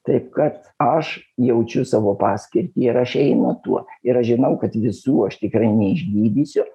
taip kad aš jaučiu savo paskirtį ir aš einu tuo ir aš žinau kad visų aš tikrai neišgydysiu